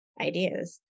ideas